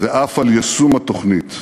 ואף על יישום התוכנית."